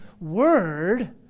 word